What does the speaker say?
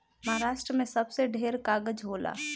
महारास्ट्र मे सबसे ढेर कागज़ होला